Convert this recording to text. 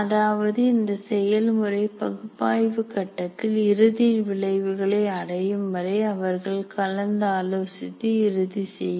அதாவது இந்த செயல்முறை பகுப்பாய்வு கட்டத்தில் இறுதி விளைவுகளை அடையும் வரை அவர்கள் கலந்தாலோசித்து இறுதி செய்வர்